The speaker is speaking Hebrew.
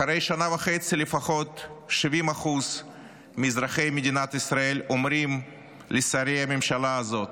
אחרי שנה וחצי לפחות 70% מאזרחי מדינת ישראל אומרים לשרי הממשלה הזאת,